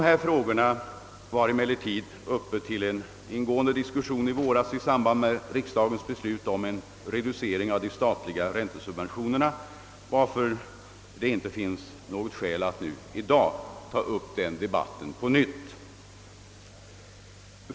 Dessa frågor har emellertid, som jag nyss framhöll, varit uppe till ingående diskussion i våras i samband med riksdagens beslut om reducering av de statliga räntesubventionerna, varför det inte finns skäl att i dag ta upp den debatten på nytt.